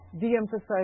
de-emphasize